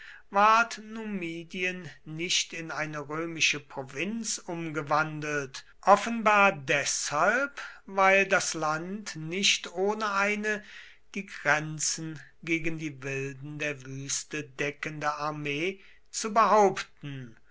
numidien nicht in eine römische provinz umgewandelt offenbar deshalb weil das land nicht ohne eine die grenzen gegen die wilden der wüste deckende armee zu behaupten